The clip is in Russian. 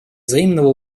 взаимного